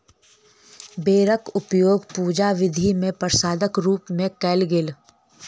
बेरक उपयोग पूजा विधि मे प्रसादक रूप मे कयल गेल